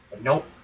Nope